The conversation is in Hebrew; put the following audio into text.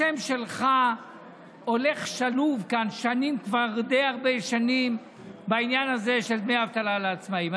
השם שלך הולך כאן די הרבה שנים בעניין הזה של דמי אבטלה לעצמאים.